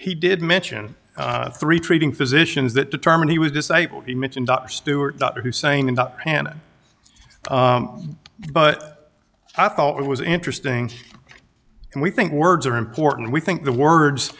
he did mention three treating physicians that determined he was disabled he mentioned stuart hussein in the hannah but i thought it was interesting and we think words are important we think the words